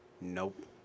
Nope